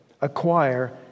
acquire